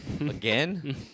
Again